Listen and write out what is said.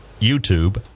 YouTube